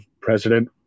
President